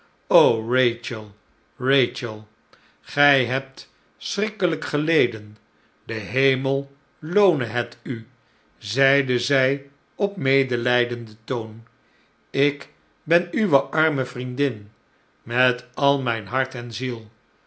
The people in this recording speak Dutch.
rachel gij hebt schrikkelijk geleden de hem el loone het u zeide zij op medelijdenden toon ik ben uwe arme vriendin met al mijn hart en ziel